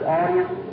audience